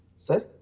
said